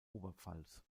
oberpfalz